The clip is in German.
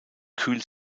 kühlt